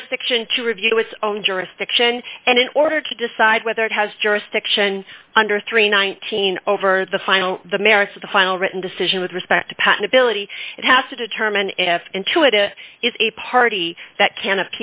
jurisdiction to review its own jurisdiction and in order to decide whether it has jurisdiction under three hundred and nineteen dollars over the final the merits of the final written decision with respect to patentability it has to determine if in to it it is a party that can